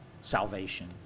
salvation